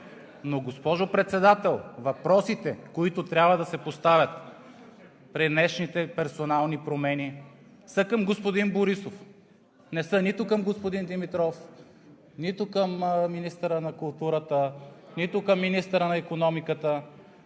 госпожо Председател, но въпросите, които трябва да се поставят при днешните персонални промени, са към господин Борисов – не са нито към господин Димитров, нито към министъра на културата, нито към министъра на икономиката.